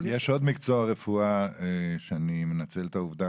יש עוד מקצוע רפואה שאני מנצל את העובדה